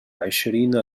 عشرين